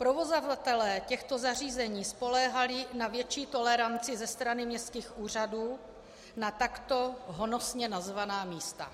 Provozovatelé těchto zařízení spoléhali na větší toleranci ze straně městských úřadů na takto honosně nazvaná místa.